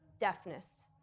deafness